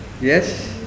Yes